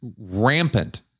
rampant